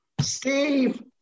Steve